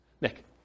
Nick